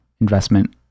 investment